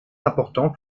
important